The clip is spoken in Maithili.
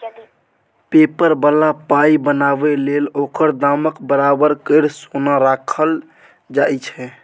पेपर बला पाइ बनाबै लेल ओकर दामक बराबर केर सोन राखल जाइ छै